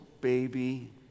baby